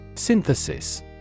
Synthesis